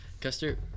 Custer